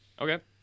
Okay